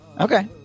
Okay